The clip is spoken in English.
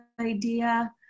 idea